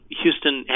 houston